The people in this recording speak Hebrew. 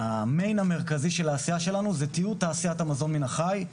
תיעוד תעשיית המזון מן החי.